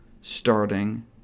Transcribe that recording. starting